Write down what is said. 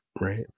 right